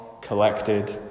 collected